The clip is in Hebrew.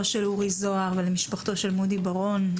של אורי זוהר ולמשפחתו של מודי בר-און,